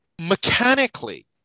mechanically